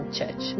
Church